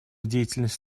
деятельность